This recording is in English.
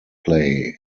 play